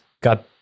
got